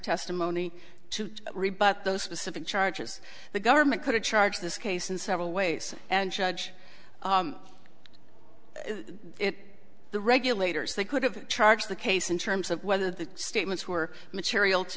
testimony to rebut those specific charges the government could charge this case in several ways and judge it the regulators they could have charged the case in terms of whether the statements were material